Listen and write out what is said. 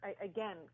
again